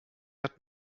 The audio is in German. hat